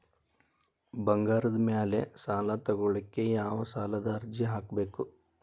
ಬಂಗಾರದ ಮ್ಯಾಲೆ ಸಾಲಾ ತಗೋಳಿಕ್ಕೆ ಯಾವ ಸಾಲದ ಅರ್ಜಿ ಹಾಕ್ಬೇಕು?